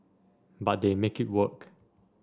but they make it work